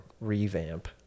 revamp